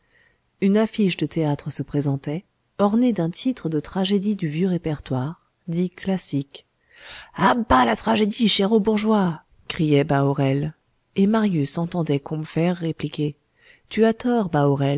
une affiche de théâtre se présentait ornée d'un titre de tragédie du vieux répertoire dit classique à bas la tragédie chère aux bourgeois criait bahorel et marius entendait combeferre répliquer tu as tort